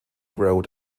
road